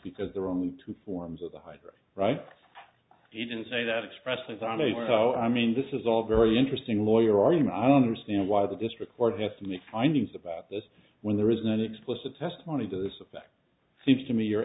because there are only two forms of the hydrogen right he didn't say that expresses on a so i mean this is all very interesting lawyer argument i don't understand why the district court has to make findings about this when there is not explicit testimony to this effect seems to me you're